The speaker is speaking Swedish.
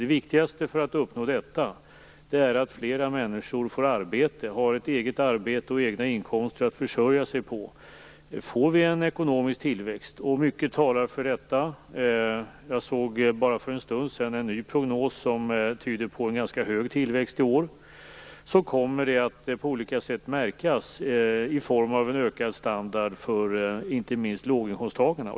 Det viktigaste för att uppnå det är att fler människor får arbete och alltså har ett eget arbete och egna inkomster att försörja sig på. Om vi får ekonomisk tillväxt, och mycket talar för det - för en stund sedan såg jag en ny prognos som tyder på ganska hög tillväxt i år - kommer det på olika sätt att märkas i form av en ökad standard inte minst för låginkomsttagarna.